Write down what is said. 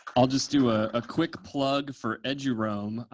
i'll just do a ah quick plug for eduroam.